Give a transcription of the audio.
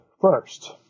first